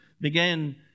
began